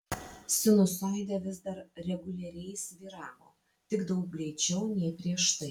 sinusoidė vis dar reguliariai svyravo tik daug greičiau nei prieš tai